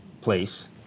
place